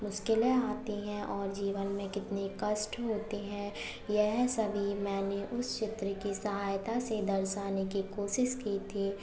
मुश्किलें आती हैं और जीवन में कितनी कष्ट होते हैं यह सभी मैंने उस चित्र के सहायता से दर्शाने की कोशिश की थी